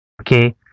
Okay